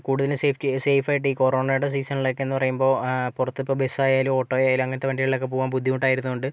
കൂടുതലും സേഫ്റ്റി സേഫായിട്ട് ഈ കൊറോണയുടെ സീസണിലൊക്കേന്ന് പറയുമ്പോൾ പുറത്തിപ്പോൾ ബസ്സായാലും ഓട്ടോ ആയാലും അങ്ങനത്തെ വണ്ടികളിലൊക്കെ പോകാൻ ബുദ്ധിമുട്ടായിരുന്നത് കൊണ്ട്